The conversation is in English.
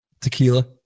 Tequila